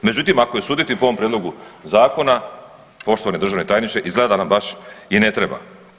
Međutim, ako je suditi po ovom Prijedlogu zakona poštovani državni tajniče izgleda da nam baš i ne treba.